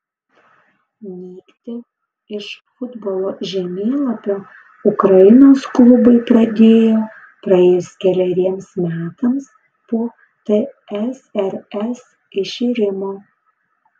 nykti iš futbolo žemėlapio ukrainos klubai pradėjo praėjus keleriems metams po tsrs iširimo